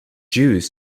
jews